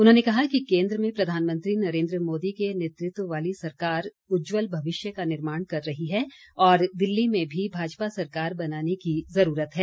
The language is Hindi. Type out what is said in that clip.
उन्होंने कहा कि केन्द्र में प्रधानमंत्री नरेन्द्र मोदी के नेतृत्व वाली सरकार उज्जवल भविष्य का निर्माण कर रही है और दिल्ली में भी भाजपा सरकार बनाने के जरूरत है